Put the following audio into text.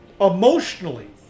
emotionally